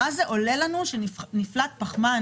מה זה עולה לנו כשנפלט פחמן